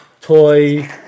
toy